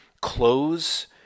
clothes